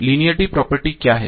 linearity क्या है